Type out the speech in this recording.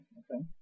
okay